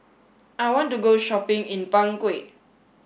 I want to go shopping in Bangui